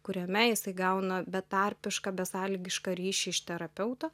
kuriame jisai gauna betarpišką besąlygišką ryšį iš terapeuto